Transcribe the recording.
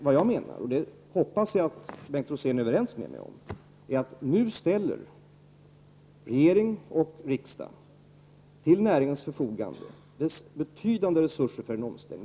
Vad jag menar, och det hoppas jag att Bengt Rosén är överens med mig - om, är att regering och riksdag nu till näringens förfogande ställer betydande resurser för en omställning.